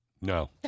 No